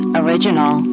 original